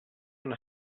una